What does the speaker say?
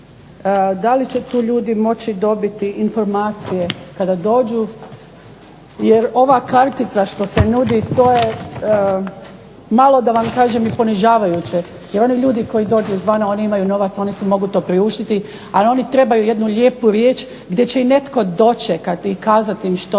da li će tu ljudi moći dobiti informacije kada dođu? Jer ova kartica što se nudi to je malo da vam kažem ponižavajuće. Jer oni ljudi koji dođu izvana oni imaju novaca, oni si mogu to priuštiti, ali oni trebaju jednu lijepu riječ gdje će ih netko dočekati i kazat im što se